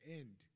end